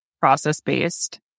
process-based